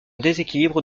déséquilibre